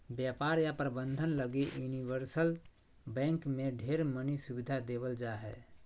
व्यापार या प्रबन्धन लगी यूनिवर्सल बैंक मे ढेर मनी सुविधा देवल जा हय